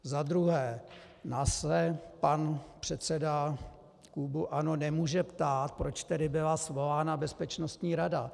Za druhé, nás se pan předseda klubu ANO nemůže ptát, proč tedy byla svolána bezpečnostní rada.